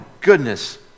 goodness